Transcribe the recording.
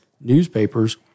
newspapers